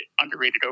underrated